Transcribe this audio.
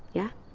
yeah?